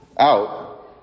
out